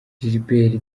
gilbert